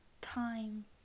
time